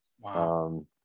Wow